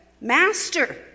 Master